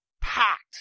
packed